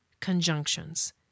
conjunctions